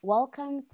Welcome